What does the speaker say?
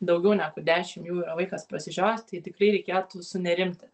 daugiau negu dešimt jų yra vaikas prasižiojęs tai tikrai reikėtų sunerimti